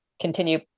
continue